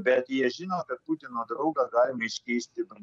bet jie žino kad putino draugą galima iškeisti